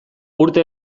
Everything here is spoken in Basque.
urte